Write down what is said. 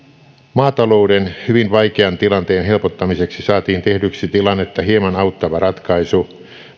maatalouden hyvin vaikean tilanteen helpottamiseksi saatiin tehdyksi tilannetta hieman auttava ratkaisu